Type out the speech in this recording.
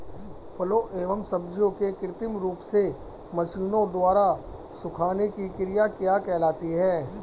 फलों एवं सब्जियों के कृत्रिम रूप से मशीनों द्वारा सुखाने की क्रिया क्या कहलाती है?